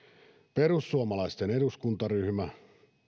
perussuomalaisten eduskuntaryhmä